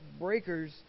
breakers